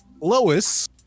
lois